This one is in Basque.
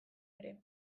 ere